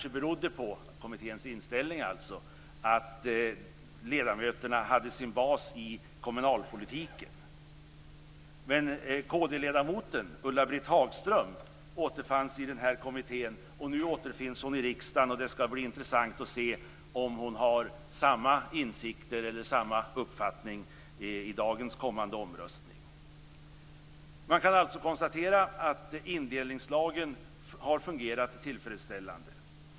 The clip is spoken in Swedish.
Kommitténs inställning kanske berodde på att ledamöterna hade sin bas i kommunalpolitiken. Kd-ledamoten Ulla-Britt Hagström återfanns i den här kommittén. Nu återfinns hon i riksdagen, och det skall bli intressant att se om hon har samma insikter eller samma uppfattning i dagens kommande omröstning. Man kan alltså konstatera att indelningslagen har fungerat tillfredsställande.